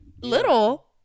Little